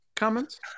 Comments